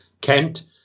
Kent